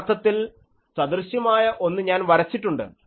യഥാർത്ഥത്തിൽ സദൃശ്യമായ ഒന്ന് ഞാൻ വരച്ചിട്ടുണ്ട്